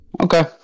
Okay